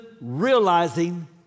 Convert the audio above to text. realizing